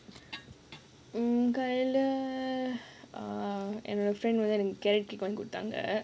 hmm காலைல:kaalaila err and her friend were there கொடுத்தாங்க:koduthaanga